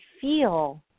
feel